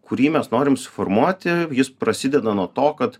kurį mes norim suformuoti jis prasideda nuo to kad